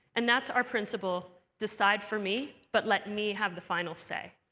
and that's our principle decide for me, but let me have the final say.